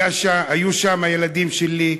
היו שם הילדים שלי,